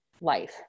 life